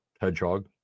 hedgehog